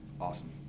Awesome